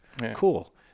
cool